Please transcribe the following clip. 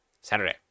Saturday